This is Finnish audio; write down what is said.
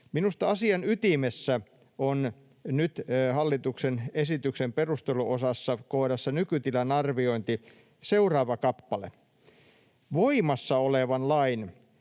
Minusta asian ytimessä on nyt hallituksen esityksen perusteluosassa, kohdassa ”Nykytilan arviointi” seuraava kappale: ”Voimassa olevan